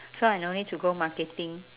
so I no need to go marketing